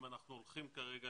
אם אנחנו הולכים כרגע